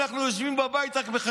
אנחנו מנהלים את